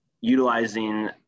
utilizing